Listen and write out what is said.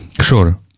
Sure